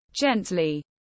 Gently